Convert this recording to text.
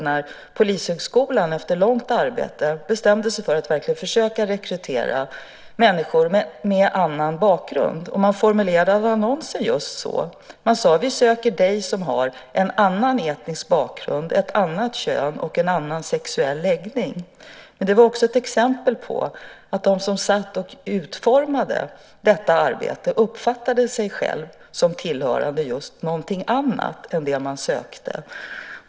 När polishögskolan efter lång tids arbete bestämde sig för att verkligen försöka rekrytera människor med annan bakgrund formulerade man annonsen just så. Man sade: Vi söker dig som har en annan etnisk bakgrund, ett annat kön och en annan sexuell läggning. Men det var också ett exempel på att de som utformade detta uppfattade sig själva som tillhörande just någonting annat än det man sökte.